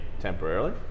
temporarily